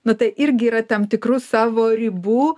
nu tai irgi yra tam tikrų savo ribų